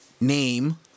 name